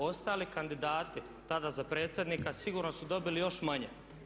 Ostali kandidati tada za predsjednika sigurno su dobili još manje.